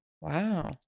Wow